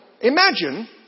Imagine